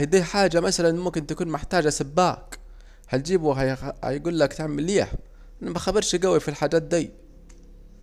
دي حاجة مسلا ممكن تكون محتاجة سباك، هتجيبوا وهيجولك هتعمل ايه، مخبرش جوي في الحاجات ديه